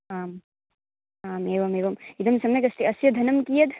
आम् आम् एवमेवं इदं सम्यगस्ति अस्य धनं कियत्